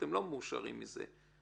אתם לא מאושרים מזה.